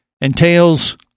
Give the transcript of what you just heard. entails